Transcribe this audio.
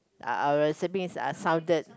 uh our recipes are southered